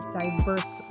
diverse